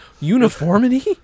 Uniformity